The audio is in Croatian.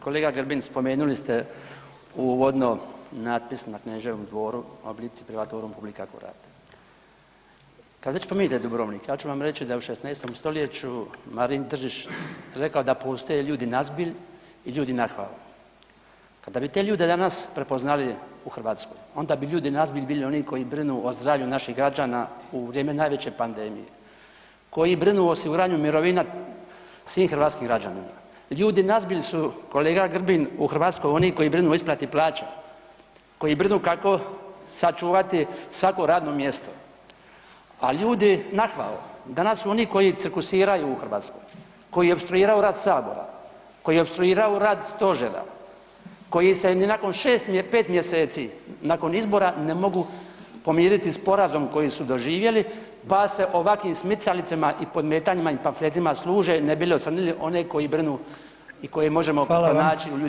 Kolega Grbin spomenuli ste uvodno natpis na Kneževnom dvoru „Obliti privatorum publica curate“, kad već spominjete Dubrovnik ja ću vam reći da je u 16. stoljeću Marin Držić rekao da postoje ljudi nazbilj i ljudi nahvao, kada bi te ljude danas prepoznali u Hrvatskoj onda bi ljudi nazbilj bili oni koji brinu o zdravlju naših građana u vrijeme najveće pandemije, koji brinu o osiguranju mirovina svim hrvatskim građanima, ljudi nazbilj su kolega Grbin u Hrvatskoj oni koji brinu o isplati plaća, koji brinu kako sačuvati svako radno mjesto, a ljudi nahvao danas su oni koji cirkusiraju u Hrvatskoj, koji opstruiraju rad sabora, koji opstruiraju rad stožera, koji se ni nakon 5 mjeseci nakon izbora ne mogu pomiriti s porazom koji su doživjeli pa se ovakvim smicalicama i podmetanjima i pamfletima službe ne bi li ocrnili one koji brinu i koje možemo [[Upadica: Hvala vam.]] pronaći u ljudima nazbilj.